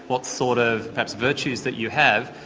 what sort of perhaps virtues that you have,